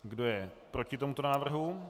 Kdo je proti tomuto návrhu?